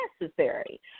necessary